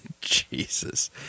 Jesus